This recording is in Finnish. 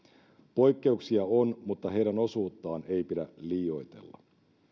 poikkeuksia on mutta heidän osuuttaan ei pidä liioitella